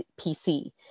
PC